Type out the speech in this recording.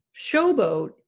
Showboat